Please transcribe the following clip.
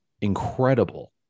incredible